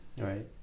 Right